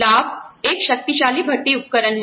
लाभ एक शक्तिशाली भर्ती उपकरण है